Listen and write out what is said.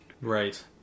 Right